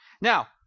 Now